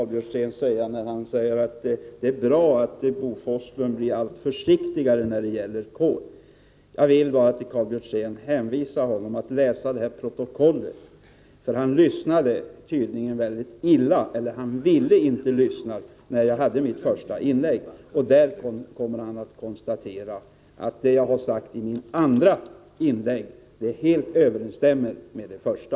Herr talman! Karl Björzén säger att det är bra att Bo Forslund blir allt försiktigare när det gäller kol. Jag vill då bara hänvisa Karl Björzén till att läsa i protokollet. Han lyssnade tydligen mycket illa, eller också ville han inte lyssna, när jag höll mitt första anförande. När han läser protokollet kan han konstatera att det jag sade i mitt andra inlägg helt överensstämmer med det första.